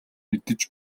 мэдэж